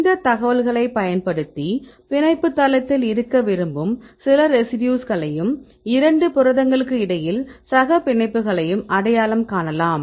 இந்த தகவல்களைப் பயன்படுத்தி பிணைப்புத் தளத்தில் இருக்க விரும்பும் சில ரெசிடியூஸ்களையும் இரண்டு புரதங்களுக்கிடையில் சகப்பிணைப்புகளையும் அடையாளம் காணலாம்